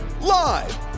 Live